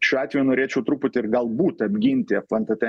šiuo atveju norėčiau truputį ir galbūt apginti fntt